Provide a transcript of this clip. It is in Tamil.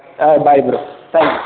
ah bye bro thank you